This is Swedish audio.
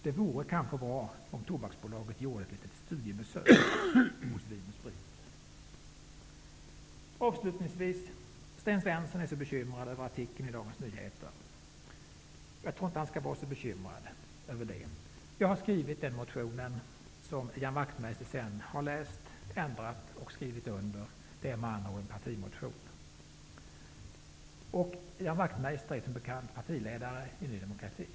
Det vore kanske bra om Tobaksbolaget gjorde ett litet studiebesök hos Vin Avslutningsvis: Sten Svensson är så bekymrad över artikeln i Dagens Nyheter. Jag tror inte att han skall vara så bekymrad. Jag har skrivit motionen, som Ian Wachtmeister sedan har läst, ändrat och skrivit under. Det är med andra ord vår partimotion. Ian Wachtmeister är som bekant partiledare i Ny demokrati.